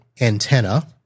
antenna